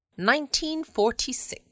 1946